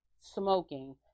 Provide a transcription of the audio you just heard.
smoking